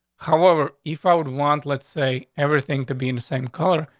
however, if i would want let's say everything to be in the same color.